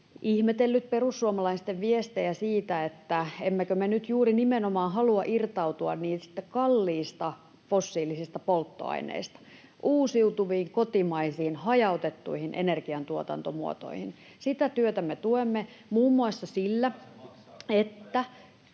ihmetellyt perussuomalaisten viestejä — emmekö me nyt juuri nimenomaan halua irtautua niistä kalliista fossiilisista polttoaineista uusiutuviin, kotimaisiin, hajautettuihin energiantuotantomuotoihin? [Petri Huru: Kuka sen